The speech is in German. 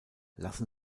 lassen